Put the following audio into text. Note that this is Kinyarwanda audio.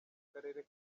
karere